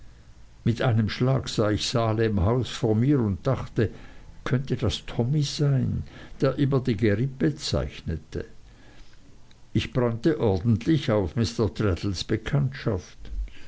mit einem schlag sah ich salemhaus vor mir und dachte könnte das tommy sein der immer die gerippe zeichnete ich brannte ordentlich auf mr traddles bekanntschaft